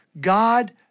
God